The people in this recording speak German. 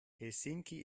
helsinki